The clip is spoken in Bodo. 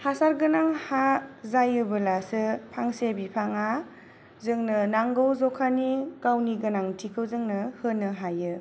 हासार गोनां हा जायोबोलासो फांसे बिफाङा जोंनो नांगौ ज'खानि गावनि गोनांथिखौ जोंनो होनो हायो